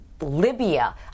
Libya